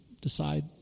decide